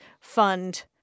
fund